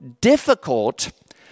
difficult